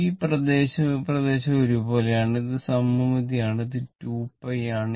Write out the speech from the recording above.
ഈ പ്രദേശവും ഈ പ്രദേശവും ഒരുപോലെയാണ് ഇത് സമമിതിയാണ് ഇത് 2 π ആണ്